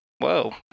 Whoa